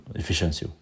efficiency